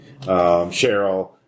Cheryl